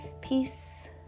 peace